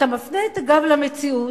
אתה מפנה את הגב למציאות,